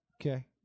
Okay